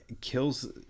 kills